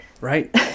Right